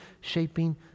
shaping